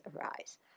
arise